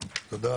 תודה,